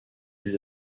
ses